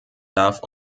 darf